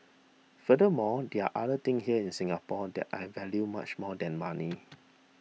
furthermore there are other things here in Singapore that I value much more than money